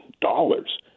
dollars